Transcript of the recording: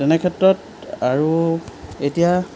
তেনেক্ষেত্ৰত আৰু এতিয়া